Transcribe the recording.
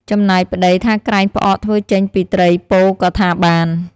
ចំណែកប្ដីថាក្រែងផ្អកធ្វើចេញពីត្រីពោក៏ថាបាន។